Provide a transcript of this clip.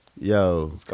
yo